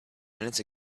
minutes